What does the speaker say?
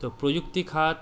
তো প্রযুক্তি খাত